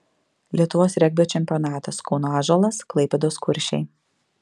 lietuvos regbio čempionatas kauno ąžuolas klaipėdos kuršiai